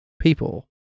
people